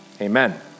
amen